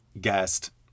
guest